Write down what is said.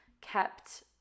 kept